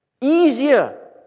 easier